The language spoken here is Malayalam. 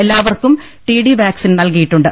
എല്ലാവർക്കും ടി ഡി വാക്സിൻ നൽകിയിട്ടുണ്ട്